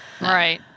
Right